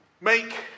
make